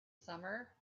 summer